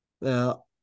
Now